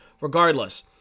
regardless